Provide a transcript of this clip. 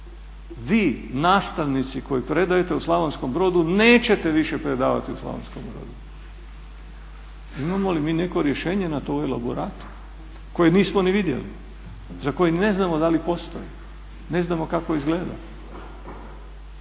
vi nastavnici koji predajete u Slavonskom Brodu nećete više predavati u Slavonskom Brodu. Imamo li mi neko rješenje na taj elaborat koji nismo ni vidjeli, za koji ne znamo da li postoji, ne znamo kako izgleda.